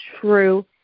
true